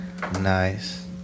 Nice